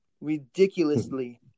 ridiculously